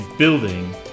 building